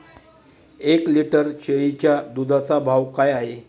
एक लिटर शेळीच्या दुधाचा भाव काय आहे?